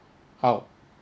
how